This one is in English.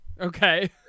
Okay